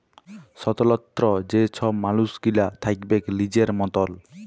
স্বতলত্র যে ছব মালুস গিলা থ্যাকবেক লিজের মতল